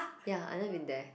ya I never been there